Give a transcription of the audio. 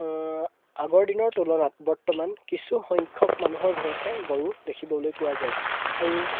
আগৰ দিনৰ তুলনাত বৰ্তমান কিছুসংখ্যক মানুহৰ ঘৰতহে গৰু দেখিবলৈ পোৱা যায় আৰু